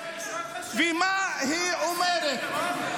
--- עטאונה,